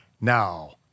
Now